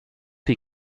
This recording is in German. die